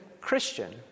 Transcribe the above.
Christian